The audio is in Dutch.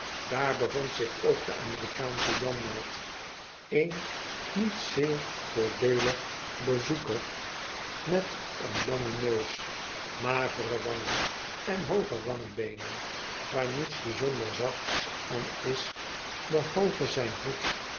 daar bevond zich ook de amerikaansche janmaat een niet zeer voordeelig bezoeker met een langen neus magere wangen en hooge wangbeenen waar niets bijzonder zachts aan is behalve zijn hoed